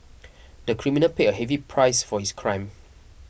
the criminal paid a heavy price for his crime